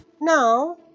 now